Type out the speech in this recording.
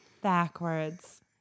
backwards